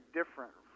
different